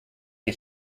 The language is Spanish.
que